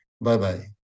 Bye-bye